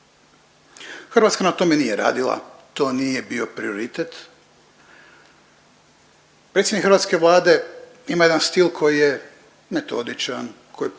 Hrvatska na tome nije radila, to nije bio prioritet. Predsjednik hrvatske Vlade ima jedan stil koji je metodičan,